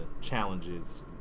challenges